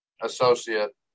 associate